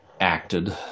acted